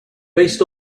based